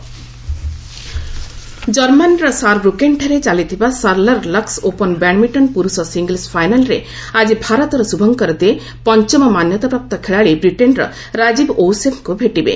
badminton ଜର୍ମାନ୍ର ସାରବ୍ରକେନ୍ଠାରେ ଚାଲିଥିବା ସାରଲର୍ଲକୁ ଓପନ୍ ବ୍ୟାଡ୍ମିଣ୍ଟନ୍ ପୁରୁଷ ସିଙ୍ଗଲ୍ସ୍ ଫାଇନାଲ୍ରେ ଆଜି ଭାରତର ଶୁଭଙ୍କର ଦେ ପଞ୍ଚମ ମାନ୍ୟତାପ୍ରାପ୍ତ ଖେଳାଳୀ ବ୍ରିଟେନ୍ ରାଜୀବ୍ ଓଉସେଫ୍ଙ୍କ ଭେଟିବେ